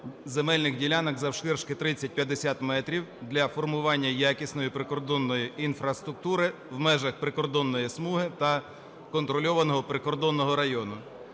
земельних ділянок завширшки 30-50 метрів для формування якісної прикордонної інфраструктури в межах прикордонної смуги та контрольованого прикордонного району.